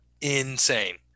insane